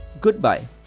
goodbye